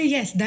Yes